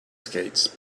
skates